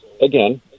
again